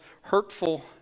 hurtful